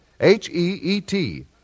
H-E-E-T